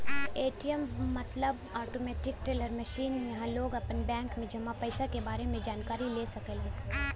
ATM मतलब automatic teller machine इहां लोग आपन बैंक में जमा पइसा क बारे में जानकारी ले सकलन